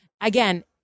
Again